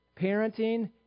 parenting